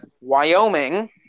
Wyoming